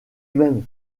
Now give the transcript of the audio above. même